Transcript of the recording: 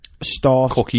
start